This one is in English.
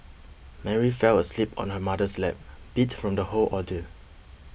Mary fell asleep on her mother's lap beat from the whole ordeal